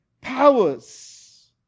Powers